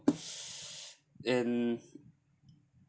and